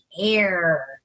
air